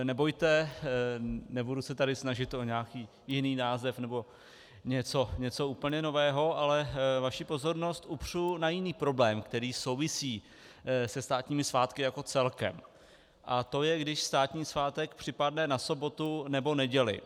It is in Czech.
Nebojte, nebudu se tady snažit o nějaký jiný název nebo něco úplně nového, ale vaši pozornost upřu na jiný problém, který souvisí se státními svátky jako celkem, a to je, když státní svátek připadne na sobotu nebo neděli.